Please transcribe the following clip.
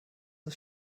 des